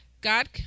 God